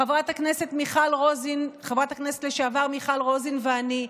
חברת הכנסת לשעבר מיכל רוזין ואני.